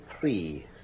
three